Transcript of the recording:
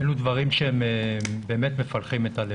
אלה דברים שבאמת מפלחים את הלב.